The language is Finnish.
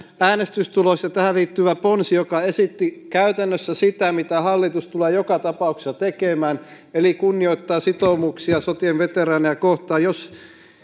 äänestystulos ja tähän liittyvä ponsi joka esitti käytännössä sitä mitä hallitus tulee joka tapauksessa tekemään eli kunnioittamaan sitoumuksia sotien veteraaneja kohtaan jos